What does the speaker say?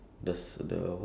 infinity war